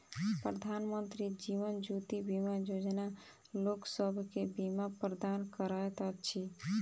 प्रधानमंत्री जीवन ज्योति बीमा योजना लोकसभ के बीमा प्रदान करैत अछि